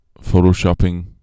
photoshopping